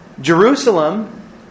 Jerusalem